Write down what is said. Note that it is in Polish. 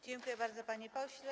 Dziękuję bardzo, panie pośle.